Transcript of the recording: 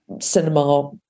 cinema